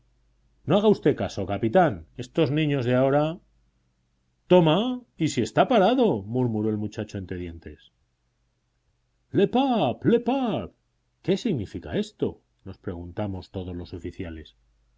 no haga usted caso capitán estos niños de ahora toma y si está parado murmuró el muchacho entre dientes le pape le pape qué significa esto nos preguntamos todos los oficiales